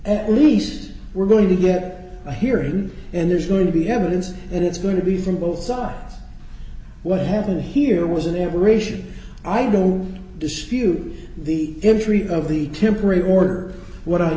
at least we're going to get a hearing and there's going to be evidence and it's going to be from both sides what happened here was an aberration i don't dispute the entry of the temporary order what i